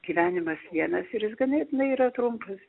gyvenimas vienas ir jis ganėtinai yra trumpas